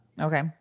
Okay